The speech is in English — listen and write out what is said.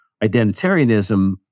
identitarianism